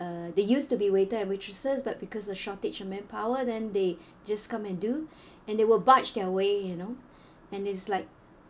uh they used to be waiter and waitresses but because the shortage of manpower then they just come and do and they will barge their way you know and it's like